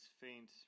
faint